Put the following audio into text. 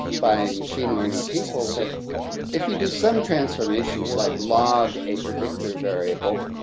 buying machine learning people, but if you do some transformations like log a predictor variable,